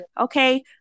okay